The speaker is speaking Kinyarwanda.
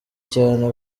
cyane